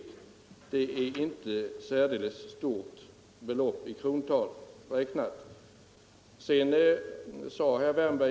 Det skulle ju inte heller innebära något särdeles stort belopp i kronor räknat.